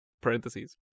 parentheses